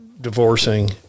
divorcing